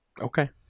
Okay